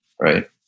right